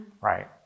right